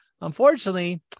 unfortunately